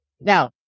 Now